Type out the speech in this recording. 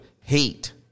hate